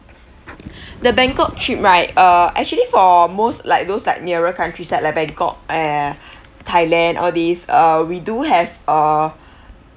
the bangkok trip right uh actually for most like those like nearer countries like like bangkok uh thailand all these uh we do have uh